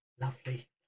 lovely